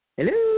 Hello